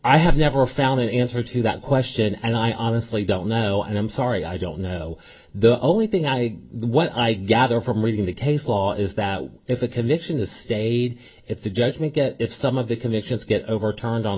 i have never found an answer to that question and i honestly don't know and i'm sorry i don't know the only thing i know what i gather from reading the taste law is that if a commission is stayed if the judgment get if some of the commissions get overturned on